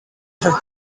have